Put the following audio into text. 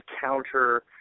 counter